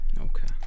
Okay